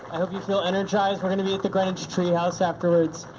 i hope you feel energized, we're going to be at the greenwich treehouse afterwards.